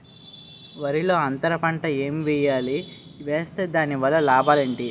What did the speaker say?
వరిలో అంతర పంట ఎం వేయాలి? వేస్తే దాని వల్ల లాభాలు ఏంటి?